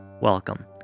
Welcome